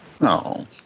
No